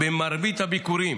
במרבית הביקורים